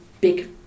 Big